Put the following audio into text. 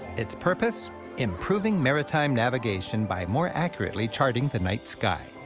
its purpose improving maritime navigation by more accurately charting the night sky.